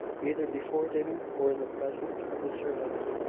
either before dinner or in the presence of the servants.